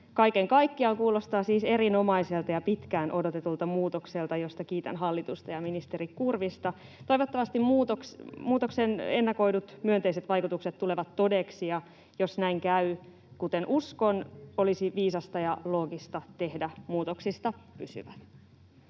Kaiken kaikkiaan kuulostaa siis erinomaiselta ja pitkään odotetulta muutokselta, josta kiitän hallitusta ja ministeri Kurvista. Toivottavasti muutoksen ennakoidut myönteiset vaikutukset tulevat todeksi, ja jos näin käy, kuten uskon, olisi viisasta ja loogista tehdä muutoksesta pysyvä.